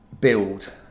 build